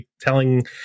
telling